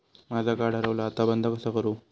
माझा कार्ड हरवला आता बंद कसा करू?